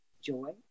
joy